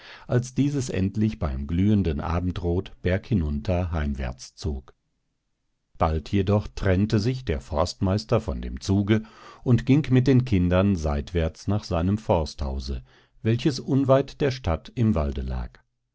als dieses endlich beim glühenden abendrot berghinunter heimwärts zog bald jedoch trennte sich der forstmeister von dem zuge und ging mit den kindern seitwärts nach seinem forsthause welches unweit der stadt im walde lag